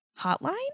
hotline